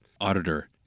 auditor